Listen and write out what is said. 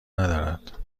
ندارد